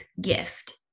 gift